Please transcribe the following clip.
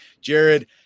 Jared